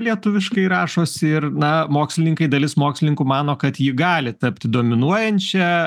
lietuviškai rašosi ir na mokslininkai dalis mokslininkų mano kad ji gali tapti dominuojančia